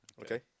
Okay